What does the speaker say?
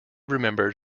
remembered